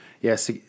Yes